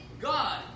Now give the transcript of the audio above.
God